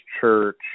church